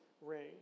ring